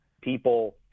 people